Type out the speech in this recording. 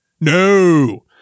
No